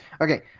Okay